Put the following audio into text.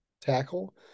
tackle